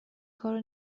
کارو